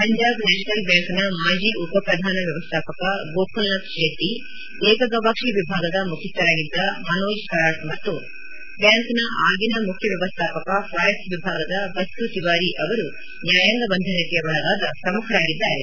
Punjab national ಬ್ಬಾಂಕ್ನ ಮಾಜಿ ಉಪ ಶ್ರಧಾನ ವ್ವವಸ್ಥಾಪಕ ಗೋಖುಲ್ ನಾಥ್ ಶೆಟ್ಟಿ ಏಕ ಗವಾಕ್ಷಿ ವಿಭಾಗದ ಮುಖ್ಯಸ್ವರಾಗಿದ್ದ ಮನೋಜ್ ಖರಾಟ್ ಮತ್ತು ಬ್ಯಾಂಕ್ನ ಆಗಿನ ಮುಖ್ಯ ವ್ಯವಸ್ಥಾಪಕ ಫಾರೆಕ್ಸ್ ವಿಭಾಗದ ಬಚ್ಚು ತಿವಾರಿ ಅವರು ನ್ವಾಯಾಂಗ ಬಂಧನಕ್ಕೆ ಒಳಗಾದ ಪ್ರಮುಖರಾಗಿದ್ದಾರೆ